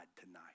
tonight